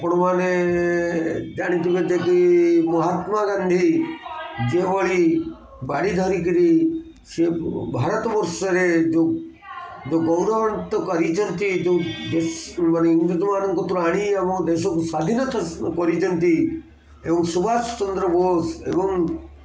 ଆପଣମାନେ ଜାଣିଥିବେ କି ମହାତ୍ମାଗାନ୍ଧୀ ଯେଭଳି ବାଡ଼ି ଧରି କରି ସେ ଭାରତବର୍ଷରେ ଯେଉଁ ଯେଉଁ ଗୌରବତ କରିଛନ୍ତି ଯେଉଁ ଇଂରେଜମାନଙ୍କଠୁ ଆଣି ଆମ ଦେଶକୁ ସ୍ଵାଧୀନତା କରିଛନ୍ତି ଏବଂ ସୁଭାଷଚନ୍ଦ୍ର ବୋଷ ଏବଂ